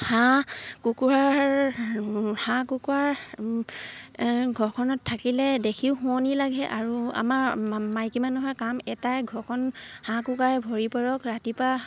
হাঁহ কুকুৰাৰ হাঁহ কুকুৰাৰ ঘৰখনত থাকিলে দেখিও শুৱনি লাগে আৰু আমাৰ মাইকী মানুহৰ কাম এটাই ঘৰখন হাঁহ কুকুৰাৰে ভৰি পৰক ৰাতিপুৱা